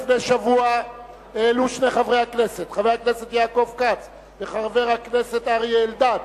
לפני שבוע העלו שני חברי הכנסת יעקב כץ ואריה אלדד,